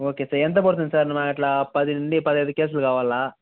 okay sir ఎంత పడుతుంది sir ఇలా పది నుండి పదిహేను కేసులు కావాలి